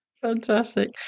Fantastic